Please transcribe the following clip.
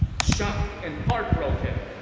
shocked and heartbroken.